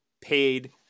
paid